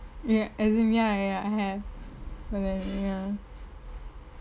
ya as in ya ya I have